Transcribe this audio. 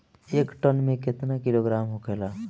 एक टन मे केतना किलोग्राम होखेला?